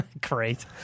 Great